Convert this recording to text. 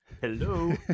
hello